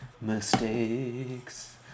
mistakes